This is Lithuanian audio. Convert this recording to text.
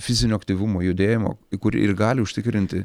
fizinio aktyvumo judėjimo kuri ir gali užtikrinti